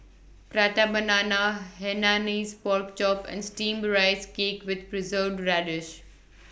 Prata Banana Hainanese Pork Chop and Steamed Rice Cake with Preserved Radish